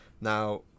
Now